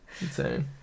Insane